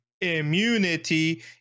immunity